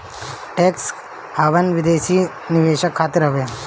tax haven विदेशी निवेशक खातिर हवे